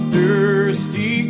Thirsty